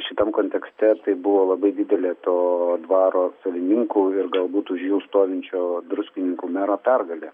šitam kontekste tai buvo labai didelė to dvaro savininkų ir galbūt už jų stovinčio druskininkų mero pergalė